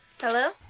Hello